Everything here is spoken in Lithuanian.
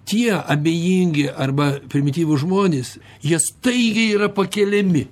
tie abejingi arba primityvūs žmonės jie staigiai yra pakeliami